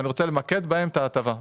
אני רוצה למקד בהם את ההטבה.